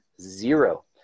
zero